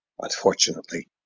Unfortunately